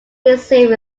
receive